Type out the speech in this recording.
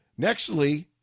Nextly